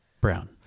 Brown